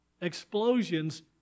Explosions